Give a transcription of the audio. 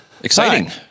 Exciting